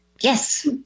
Yes